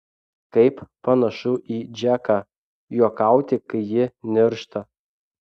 kaip panašu į džeką juokauti kai ji niršta